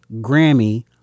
Grammy